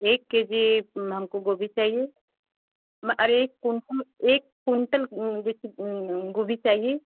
एक K G हमको गोभी चाहिए और एक कुमकुम एक क्विंटल गोभी चाहिए